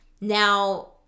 Now